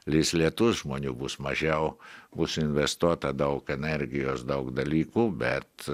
lis lietus žmonių bus mažiau bus investuota daug energijos daug dalykų bet